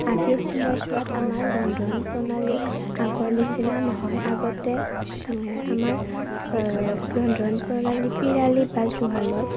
আজিৰ সময়চোৱাত আমাৰ ৰন্ধন প্ৰণালী আগৰ নিচিনা নহয় আগতে আমাৰ ৰন্ধন প্ৰণালী পিৰালি বা জুহালত